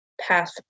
path